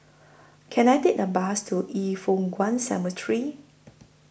Can I Take A Bus to Yin Foh Kuan Cemetery